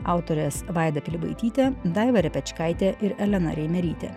autorės vaida pilibaitytė daiva repečkaitė ir elena reimerytė